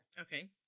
Okay